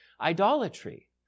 idolatry